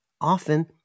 often